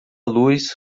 luz